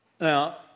Now